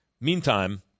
Meantime